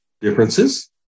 differences